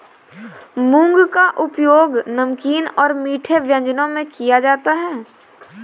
मूंग का उपयोग नमकीन और मीठे व्यंजनों में किया जाता है